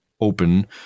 open